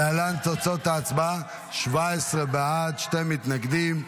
להלן תוצאות ההצבעה, 17 בעד, שני מתנגדים.